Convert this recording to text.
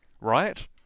Right